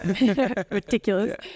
Ridiculous